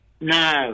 No